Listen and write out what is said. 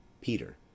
Peter